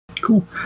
Cool